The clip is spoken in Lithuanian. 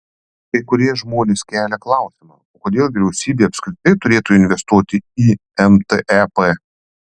kai kurie žmonės kelia klausimą o kodėl vyriausybė apskritai turėtų investuoti į mtep